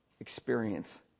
experience